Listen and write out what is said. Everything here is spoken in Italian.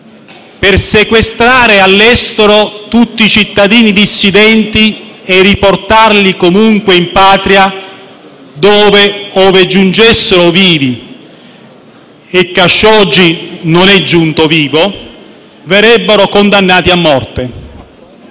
per sequestrare all'estero tutti i cittadini dissidenti e riportarli comunque in patria, dove, ove giungessero vivi (e Khashoggi non è giunto vivo), verrebbero condannati a morte.